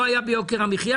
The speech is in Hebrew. לא היה מצב כזה ביוקר המחיה.